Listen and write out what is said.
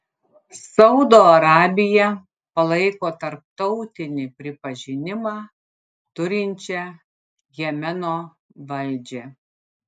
saudo arabija palaiko tarptautinį pripažinimą turinčią jemeno valdžią